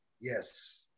yes